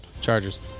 Chargers